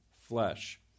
flesh